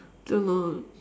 don't know